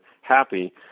happy